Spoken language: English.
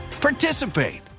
participate